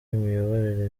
imiyoborere